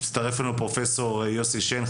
הצטרף אלינו פרופ' יוסי שיין,